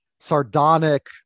sardonic